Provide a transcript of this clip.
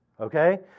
okay